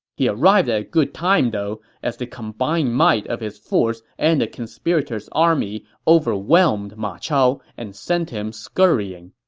he arrived at a good time, though, as the combined might of his force and the conspirators' army overwhelmed ma chao and sent him scurrying